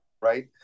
right